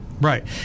right